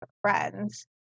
friends